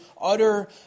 utter